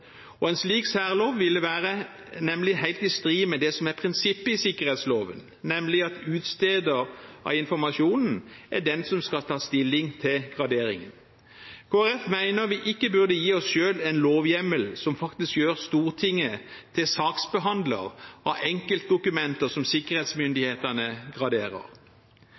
særlov. En slik særlov ville nemlig være helt i strid med det som er prinsippet i sikkerhetsloven, nemlig at utsteder av informasjonen er den som skal ta stilling til gradering. Kristelig Folkeparti mener vi ikke burde gi oss selv en lovhjemmel som faktisk gjør Stortinget til saksbehandler av enkeltdokumenter som sikkerhetsmyndighetene graderer.